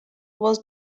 was